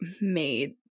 made